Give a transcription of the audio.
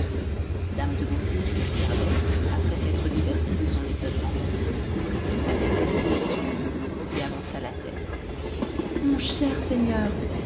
dame de beauté qui l'observait après s'être divertie de son étonnement ouvrit tout à coup les rideaux de son lit et avançant la tête mon cher seigneur